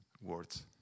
words